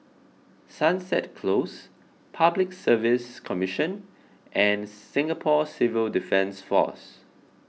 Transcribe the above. Sunset Close Public Service Commission and Singapore Civil Defence force